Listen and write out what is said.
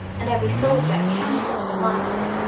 and every soldier a candidate for martyrdom.